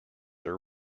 are